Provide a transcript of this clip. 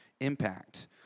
impact